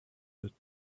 with